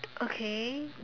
okay